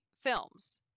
films